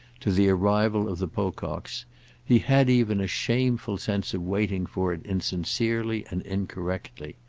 to the arrival of the pococks he had even a shameful sense of waiting for it insincerely and incorrectly.